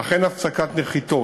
אך אין הפסקת נחיתות.